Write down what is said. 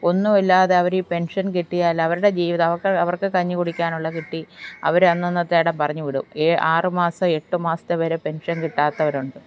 ഒന്നും ഇല്ലാതെ അവർ ഈ പെൻഷൻ കിട്ടിയാൽ അവരുടെ ജീവിതം അവർക്ക് അവർക്ക് കഞ്ഞി കുടിക്കാനുള്ളത് കിട്ടി അവർ അന്നന്നത്തേടം പറഞ്ഞു വിടും ഏ ആറ് മാസം എട്ട് മാസത്തെ വരെ പെൻഷൻ കിട്ടാത്തവർ ഉണ്ട്